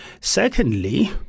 Secondly